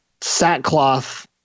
sackcloth